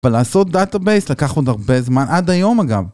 אבל לעשות דאטאבייס לקח עוד הרבה זמן, עד היום אגב